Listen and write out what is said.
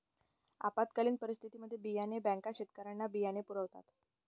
आपत्कालीन परिस्थितीत बियाणे बँका शेतकऱ्यांना बियाणे पुरवतात